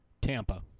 Tampa